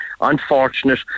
Unfortunate